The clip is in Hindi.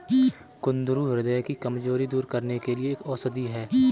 कुंदरू ह्रदय की कमजोरी दूर करने के लिए एक औषधि है